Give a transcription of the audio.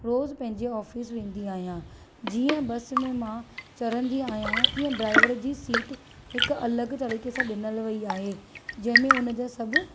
रोज़ु पंहिंजे ऑफ़िस वेंदी आहियां जीअं बस में मां चढ़ंदी आहियां तीअं ड्राइवर जी सीट हिकु अलॻि तरीक़े सां ॾिनल वई आहे जंहिं में उन जा सभु